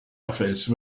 office